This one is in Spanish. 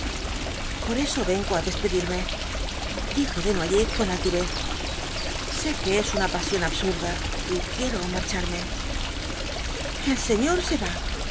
por eso vengo á despedirme dijo desnoyers con altivez sé que es una pasión absurda y quiero marcharme el señor se va